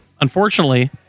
Unfortunately